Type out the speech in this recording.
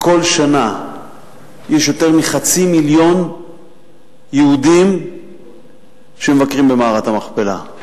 בכל שנה יש יותר מחצי מיליון יהודים שמבקרים במערת המכפלה.